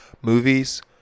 movies